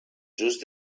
just